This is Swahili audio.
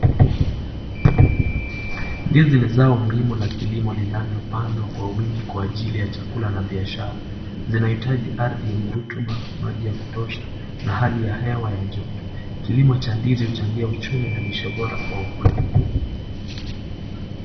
Ndizi ni zao muhimu la kilimo linalopandwa kwa wingi kwa ajili ya chakula na biashara, zinahitaji ardhi yenye rotuba, maji ya kutosha na hali ya hewa ya joto, kilimo cha ndizi huchangia uchumi na lishe bora kwa wakulima.